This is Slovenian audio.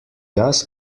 jaz